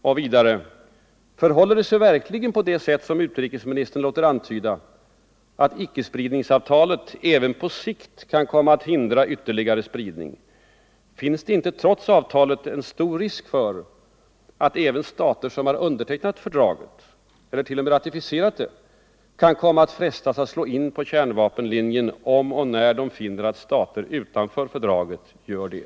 Och vidare: Förhåller det sig verkligen på det sätt som utrikesministern låter antyda, att icke-spridningsavtalet även på sikt kan komma att hindra ytterligare spridning? Finns det inte trots avtalet en stor risk för att även stater som har undertecknat fördraget eller t.o.m. ratificerat det kan — Nr 127 komma att frestas att slå in på kärnvapenlinjen, om och när de finner Fredagen den att stater utanför fördraget gör detta?